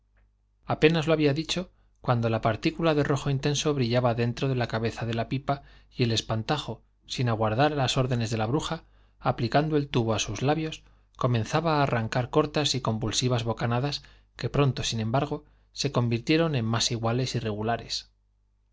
apenas lo había dicho cuando la partícula de rojo intenso brillaba dentro de la cabeza de la pipa y el espantajo sin aguardar las órdenes de la bruja aplicando el tubo a sus labios comenzaba a arrancar cortas y convulsivas bocanadas que pronto sin embargo se convirtieron en más iguales